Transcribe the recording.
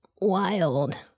wild